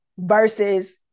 versus